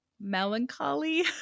melancholy